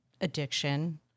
addiction